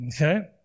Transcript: Okay